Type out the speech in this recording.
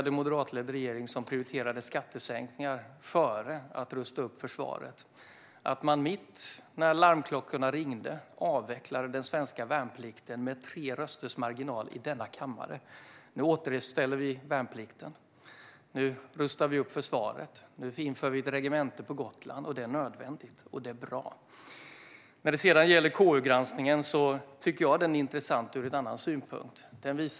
En moderatledd regering prioriterade skattesänkningar före att rusta upp försvaret. När larmklockorna ringde avvecklade man den svenska värnplikten med tre rösters marginal i denna kammare. Nu återställer vi värnplikten, vi rustar upp försvaret och vi inför ett regemente på Gotland. Det är nödvändigt, och det är bra. När det gäller KU-granskningen tycker jag att den är intressant ur en annan synvinkel.